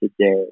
today